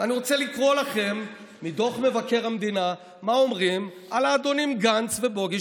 אני רוצה לקרוא לכם מדוח מבקר המדינה מה אומרים על האדונים גנץ ובוגי,